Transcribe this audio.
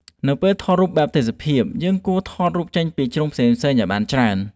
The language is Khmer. នៅពេលថតរូបបែបទេសភាព យើងគួរថតរូបចេញពីជ្រុងផ្សេងៗឱ្យបានច្រើន។